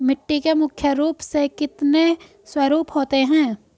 मिट्टी के मुख्य रूप से कितने स्वरूप होते हैं?